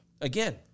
again